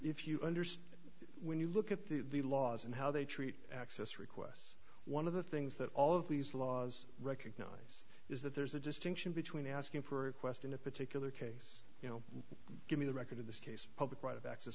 understand when you look at the laws and how they treat access requests one of the things that all of these laws recognize is that there's a distinction between asking for question a particular case you know give me the record in this case public right of access